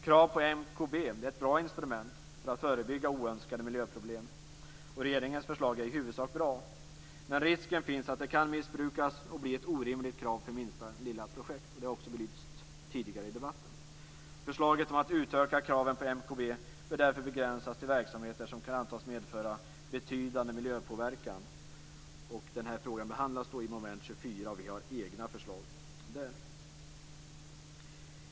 Krav på MKB är ett bra instrument för att förebygga oönskade miljöproblem, och regeringens förslag är i huvudsak bra. Men risken finns att det kan missbrukas och bli ett orimligt krav för minsta lilla projekt, vilket också har lyfts fram tidigare i debatten. Förslaget om att utöka kraven på MKB bör därför begränsas till verksamheter som kan antas medföra betydande miljöpåverkan. Denna fråga behandlas under mom. 24, och vi har där egna förslag.